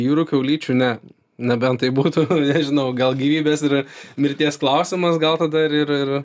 jūrų kiaulyčių ne nebent tai būtų nežinau gal gyvybės ir mirties klausimas gal tada ir ir ir